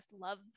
love